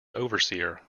overseer